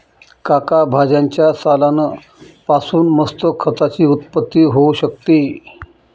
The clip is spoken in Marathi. काका भाज्यांच्या सालान पासून मस्त खताची उत्पत्ती होऊ शकते